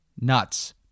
nuts